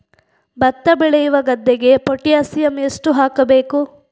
ಭತ್ತ ಬೆಳೆಯುವ ಗದ್ದೆಗೆ ಪೊಟ್ಯಾಸಿಯಂ ಎಷ್ಟು ಹಾಕಬೇಕು?